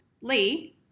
Lee